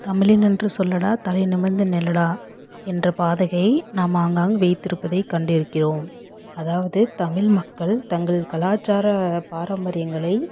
தமிழன் என்று சொல்லடா தலை நிமிந்து நில்லடா என்ற பாதகை நாம் ஆங்காங்கு வைத்திருப்பதை கண்டு இருக்கிறோம் அதாவது தமிழ் மக்கள் தங்கள் கலாச்சார பாரம்பரியங்களை